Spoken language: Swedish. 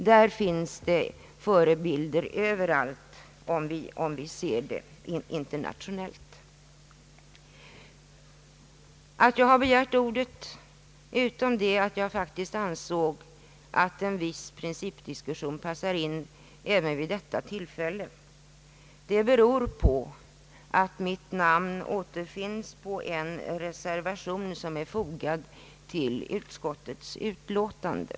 Därvidlag finns det förebilder överallt, om vi ser det internationellt. Att jag har begärt ordet beror — utom på det att jag faktiskt ansåg att en viss principdiskussion passar in även vid detta tillfälle — på att mitt namn återfinns på en reservation som är fogad till utskottets utlåtande.